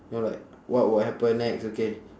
you know like what will happen next okay